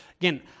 again